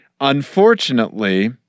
Unfortunately